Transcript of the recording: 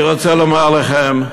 אני רוצה לומר לכם: